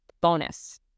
bonus